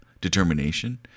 determination